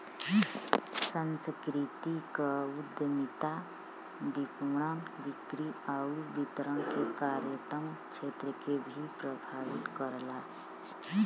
सांस्कृतिक उद्यमिता विपणन, बिक्री आउर वितरण के कार्यात्मक क्षेत्र के भी प्रभावित करला